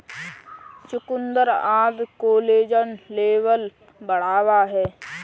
चुकुन्दर आदि collagen level बढ़ाता है